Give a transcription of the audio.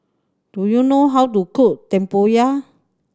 do you know how to cook tempoyak